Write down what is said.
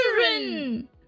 children